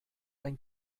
ein